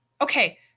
okay